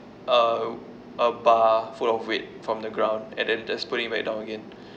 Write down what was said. a a bar full of weight from the ground and then just put it back down again